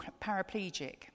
paraplegic